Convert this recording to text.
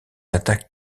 attaque